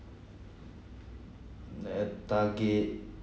that target